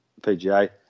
PGA